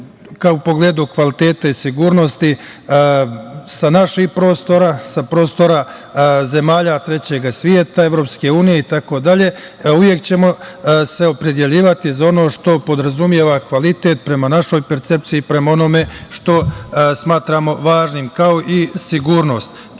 bude u pogledu kvaliteta i sigurnosti sa naših prostora, sa prostora zemalja trećeg sveta, EU itd. Uvek ćemo se opredeljivati za ono što podrazumeva kvalitet prema našoj percepciji, prema onome što smatramo važnim, kao i sigurnost.